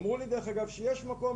אמרו לי, דרך אגב, שיש מקום.